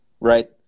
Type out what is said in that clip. right